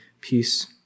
peace